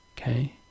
Okay